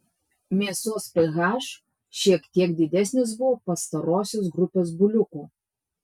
mėsos ph šiek tiek didesnis buvo pastarosios grupės buliukų